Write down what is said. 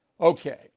Okay